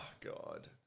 God